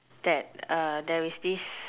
that err there is this